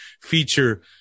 feature